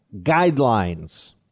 guidelines